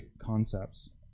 concepts